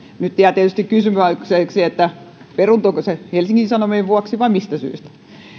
nyt jää tietysti kysymykseksi peruuntuuko se helsingin sanomien vuoksi vai mistä syystä